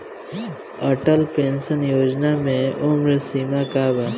Atal pension Yojana मे उम्र सीमा का बा?